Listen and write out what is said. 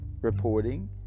reporting